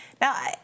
now